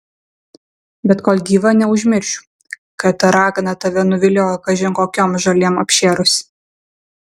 bet kol gyva neužmiršiu kad ta ragana tave nuviliojo kažin kokiom žolėm apšėrusi